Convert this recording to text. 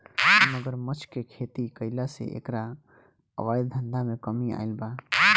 मगरमच्छ के खेती कईला से एकरा अवैध धंधा में कमी आईल बा